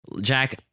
Jack